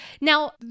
Now